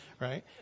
right